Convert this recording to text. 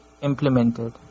implemented